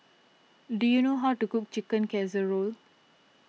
do you know how to cook Chicken Casserole